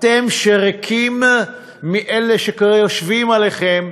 אתם שריקים מאלה שיושבים עליכם,